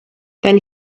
then